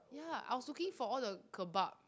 ya I was looking for all the kebab